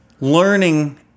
learning